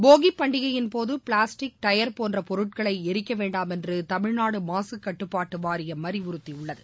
போகிபண்டிகையின்போதுபிளாஸ்டிக் tyre போன்றபொருட்களைளிக்கவேண்டாம் என்றுதமிழ்நாடுமாசுகட்டுப்பாட்டுவாரியம் அறிவுறுத்தியுள்ளது